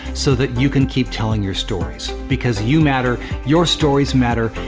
so that you can keep telling your stories. because you matter, your stories matter,